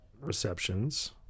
receptions